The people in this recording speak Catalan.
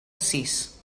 sis